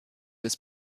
des